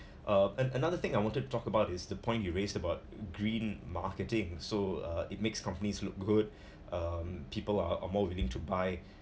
uh ano~ another thing I want to talk about is the point you raised about green marketing so uh it makes companies look good um people are more willing to buy